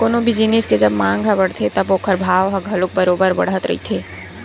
कोनो भी जिनिस के जब मांग ह बड़थे तब ओखर भाव ह घलो बरोबर बड़त रहिथे